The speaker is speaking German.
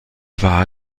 war